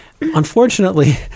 Unfortunately